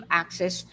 access